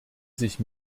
sich